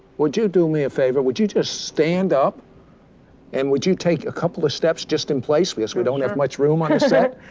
would you do me a favor. would you just stand up and would you take a couple of steps just in place, because we don't have much room on the set.